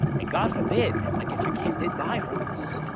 and god forbid, like if your kid did die from this,